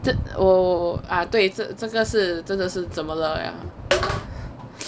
这 oh 啊对这真的是真的是怎么了呀